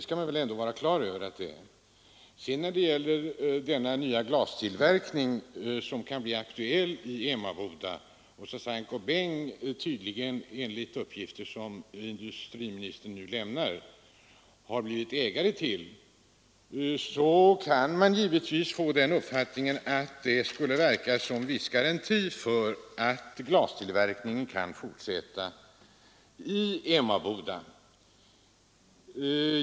Av de uppgifter som industriministern lämnade framgår att Saint Gobain nu har blivit ägare till Emmaboda glasverk. Därav kan man få den uppfattningen att det har givits en viss garanti för att glastillverkningen nu kan fortsätta i Emmaboda.